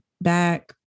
back